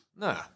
No